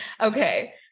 Okay